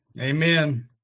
Amen